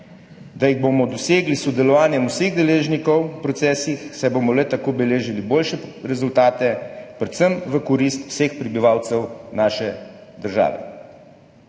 da jih bomo dosegli s sodelovanjem vseh deležnikov v procesih, saj bomo le tako beležili boljše rezultate, predvsem v korist vseh prebivalcev naše države.